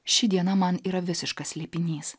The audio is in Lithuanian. ši diena man yra visiška slėpinys